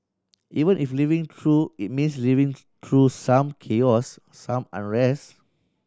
even if living through it means living through some chaos some unrest